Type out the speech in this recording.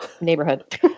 neighborhood